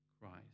Christ